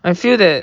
I feel that